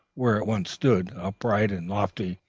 where it once stood, upright and lofty,